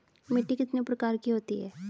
मिट्टी कितने प्रकार की होती हैं?